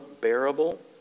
bearable